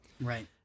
right